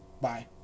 Bye